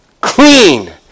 Clean